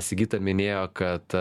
sigita minėjo kad